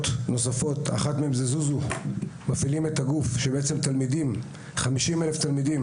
נוספות: "זוזו מפעילים את הגוף" 50,000 תלמידים